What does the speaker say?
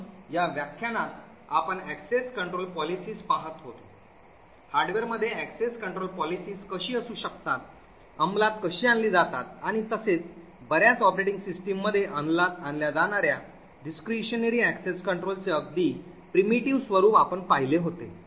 म्हणून या व्याख्यानात आपण access control policies पाहत होतो हार्डवेअरमध्ये access control policies कशी असू शकतात अंमलात कशी आणली जातात आणि तसेच बर्याच ऑपरेटिंग सिस्टीममध्ये अंमलात आणल्या जाणार्या Discretionary Access Control चे अगदी आदिम स्वरूप आपण पाहिले होते